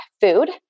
food